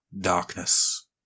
darkness